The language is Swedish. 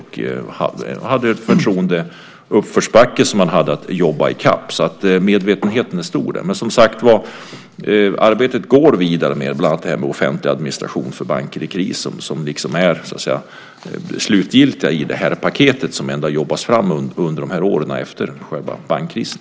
Man hade en förtroendeuppförsbacke att jobba i kapp. Medvetenheten är stor om detta. Arbetet går som sagt vidare med bland annat Offentlig administration av banker i kris som är det slutgiltiga i det paket som jobbats fram under åren efter själva bankkrisen.